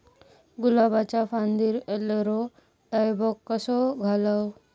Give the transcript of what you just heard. गुलाबाच्या फांदिर एलेलो डायबॅक कसो घालवं?